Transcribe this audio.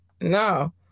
no